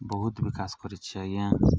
ବହୁତ ବିକାଶ କରିଛି ଆଜ୍ଞା